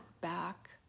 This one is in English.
back